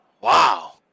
Wow